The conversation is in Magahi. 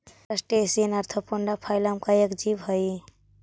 क्रस्टेशियन ऑर्थोपोडा फाइलम का एक जीव हई